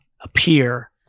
appear